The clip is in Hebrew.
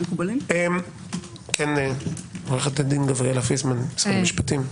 עו"ד גבריאלה פיסמן, משרד המשפטים.